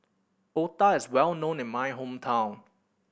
otah is well known in my hometown